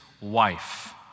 wife